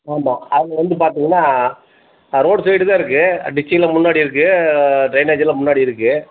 ஆமாம் அது வந்து பார்த்தீங்கன்னா ரோடு சைடு தான் இருக்குது டிச்சியெலாம் முன்னாடி இருக்குது ட்ரைனேஜ்ஜெல்லாம் முன்னாடி இருக்குது